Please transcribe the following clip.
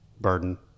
burden